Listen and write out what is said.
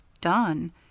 Done